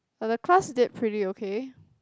but the class did pretty okay